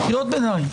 קריאות ביניים.